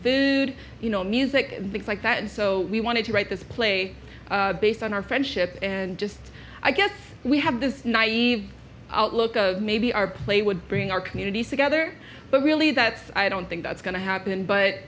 food you know music because like that and so we wanted to write this play based on our friendship and just i guess we have this naive outlook a maybe our play would bring our communities together but really that's i don't think that's going to happen but